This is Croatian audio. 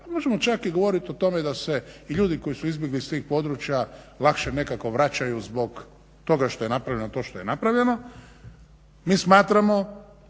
možemo čak i govoriti o tome da se i ljudi koji su izbjegli s tih područja lakše nekako vraćaju zbog toga što je napravljeno to što je napravljeno. Mi smatramo